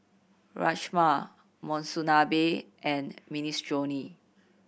Rajma Monsunabe and Minestrone